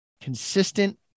consistent